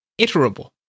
iterable